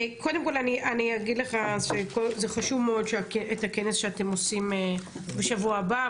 קודם כל אני אגיד לך שזה חשוב מאוד הכנס שאתם עושים בשבוע הבא,